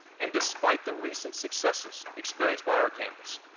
and despite the recent successes experienced by our campus,